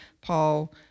Paul